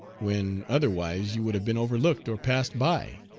when otherwise you would have been overlooked or passed by.